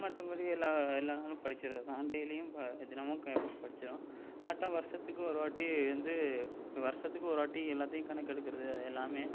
மற்றபடி எல்லா எல்லா நாளும் படிச்சுறது தான் டெய்லியும் இப்போ தினமும் க படிச்சுருவேன் ஆட்டம் வருஷத்துக்கு ஒரு வாட்டி வந்து வருஷத்துக்கு ஒரு வாட்டி எல்லாத்தையும் கணக்கெடுக்கிறது அது எல்லாம்